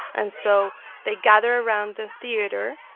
and so they gather around the theater,